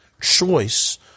choice